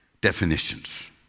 definitions